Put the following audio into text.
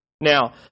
Now